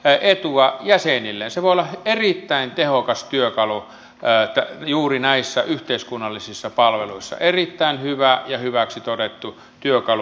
se voi olla erittäin tehokas työkalu juuri näissä yhteiskunnallisissa palveluissa erittäin hyvä ja hyväksi todettu työkalu